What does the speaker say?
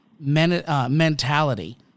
mentality